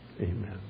Amen